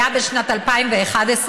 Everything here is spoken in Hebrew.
הייתה בשנת 2011,